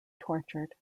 tortured